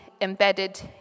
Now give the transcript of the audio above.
embedded